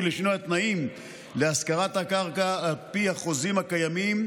התנאים להשכרת הקרקע על פי החוזים הקיימים,